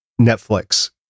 Netflix